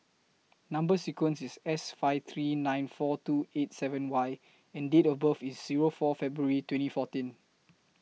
Number sequence IS S five three nine four two eight seven Y and Date of birth IS Zero four February twenty fourteen